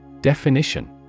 Definition